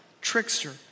trickster